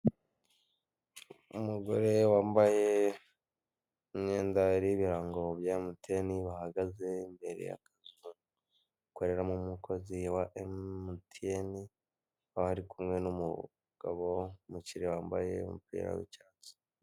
Umugore wambaye imyenda iriho ibirango bya emutiyeni bahagaze imbere y'akazu gakoreramo umukozi wa emutiyeni akaba ari kumwe n'umugabo umukiriya wambaye umwenda w'icyatsi.